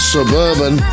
Suburban